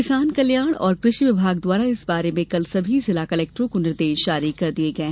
किसान कल्याण और कृषि विभाग द्वारा इस बारे में कल सभी जिला कलेक्टरों को निर्देश जारी कर दिये गये